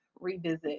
revisit